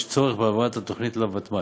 יש צורך בהעברת התוכנית לוותמ"ל.